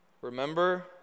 Remember